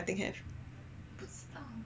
I think have